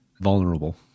Vulnerable